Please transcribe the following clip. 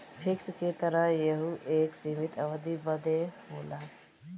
fix के तरह यहू एक सीमित अवधी बदे होला